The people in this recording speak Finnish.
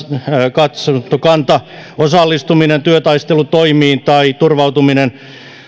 katsantokanta osallistuminen työtaistelutoimiin tai turvautuminen